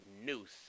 noose